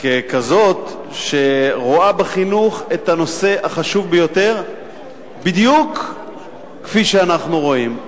ככזאת שרואה בחינוך את הנושא החשוב ביותר בדיוק כפי שאנחנו רואים.